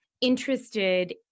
interested